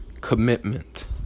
commitment